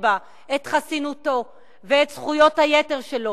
בה את חסינותו ואת זכויות היתר שלו.